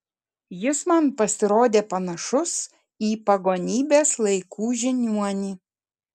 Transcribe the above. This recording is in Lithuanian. jis man pasirodė panašus į pagonybės laikų žiniuonį